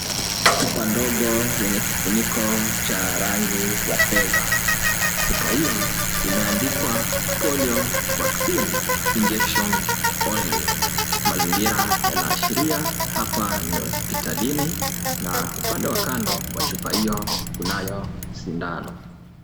Chupa ndogo yenye kifuniko cha rangi ya fedha . Chupa hiyo imeandikwa Polio Vaccine Injection Only. Mazingira yanaashiria hapa ni hospitalini na upande wa kando wa chupa hiyo kunayo sindano.